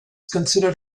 considered